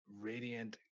Radiant